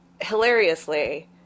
Hilariously